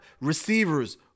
receivers